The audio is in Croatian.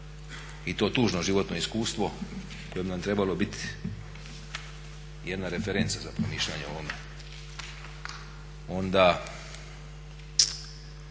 i to tužno životno iskustvo koje bi nam trebalo bit jedna referenca za promišljanje o ovome, onda